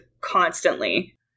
constantly